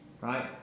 right